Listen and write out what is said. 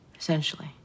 Essentially